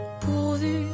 pourvu